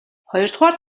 хоёрдугаар